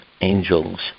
angels